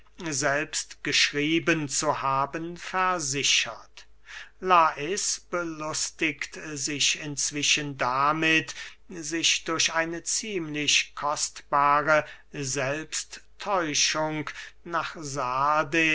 selbst geschrieben zu haben versichert lais belustigt sich inzwischen damit sich durch eine ziemlich kostbare selbsttäuschung nach sardes